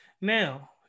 Now